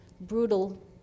brutal